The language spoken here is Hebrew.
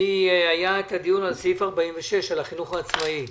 היה את הדיון על סעיף 46, על החינוך העצמאי.